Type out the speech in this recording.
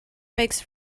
makes